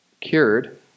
cured